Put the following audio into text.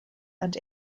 and